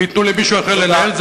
וייתנו למישהו אחר לנהל.